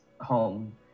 home